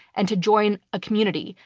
and to join a community.